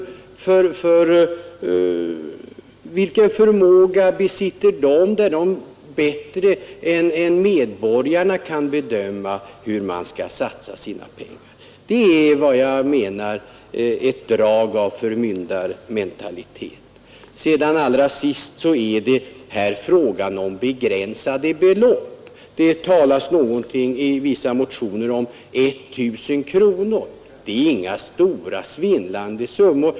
Vilken förmåga besitter staten att bättre än medborgarna bedöma hur pengarna bör satsas? Detta är, anser jag, ett drag av förmyndarmentalitet. Jag vill till sist erinra om att det här är fråga om begränsade belopp. I vissa motioner talas om 1 000 kronor. Det är alltså inga svindlande summor.